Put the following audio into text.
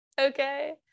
Okay